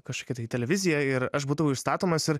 kažkokia tai televizija ir aš būdavau išstatomas ir